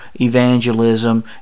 evangelism